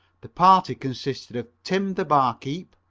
the party consisted of tim the barkeep,